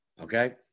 Okay